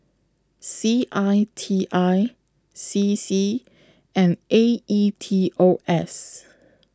C I T I C C and A E T O S